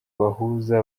abahuza